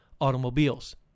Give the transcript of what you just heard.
automobiles